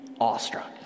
awestruck